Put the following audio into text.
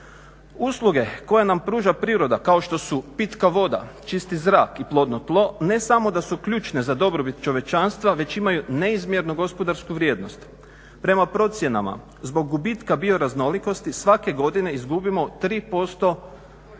Usluge koje nam pruža priroda kao što su pitka voda, čisti zrak i plodno tlo ne samo da su ključne za dobrobit čovječanstva već imaju neizmjernu gospodarsku vrijednost. Prema procjenama zbog gubitka bio raznolikosti svake godine izgubimo 3%